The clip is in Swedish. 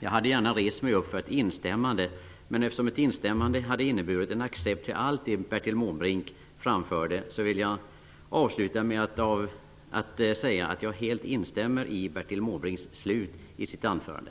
Jag hade gärna rest mig upp för ett instämmande, men eftersom ett instämmande hade inneburit en accept på allt det Bertil Måbrink framförde vill jag i stället nu säga att jag helt instämmer i Bertil Måbrinks avslutning av sitt anförande.